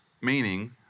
meaning